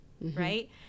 right